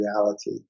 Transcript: reality